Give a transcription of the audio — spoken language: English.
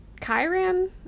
Kyran